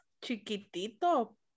chiquitito